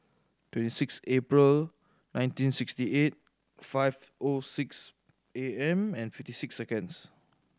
twenty six April nineteen sixty eight five O six A M and fifty six seconds